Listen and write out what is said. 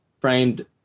framed